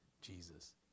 Jesus